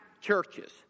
churches